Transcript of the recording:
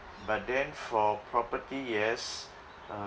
but then for property yes uh